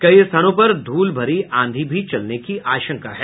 कई स्थानों पर धूल भरी आंधी भी चलने की आशंका है